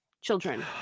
children